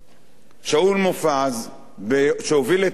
שאול מופז, שהוביל את קדימה,